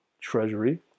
Treasury